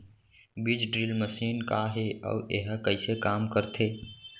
बीज drill machine का हे अऊ एहा कइसे काम करथे?